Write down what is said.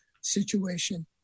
situation